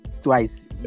twice